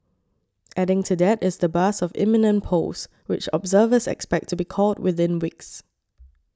adding to that is the buzz of imminent polls which observers expect to be called within weeks